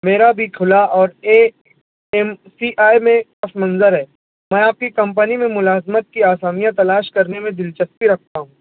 میرا بھی کھلا اور اے ایم سی آئی میں پس منظر ہے میں آپ کی کمپنی میں ملازمت کی آسامیاں تلاش کرنے میں دلچسپی رکھتا ہوں